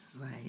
Right